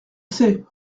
sais